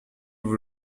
vous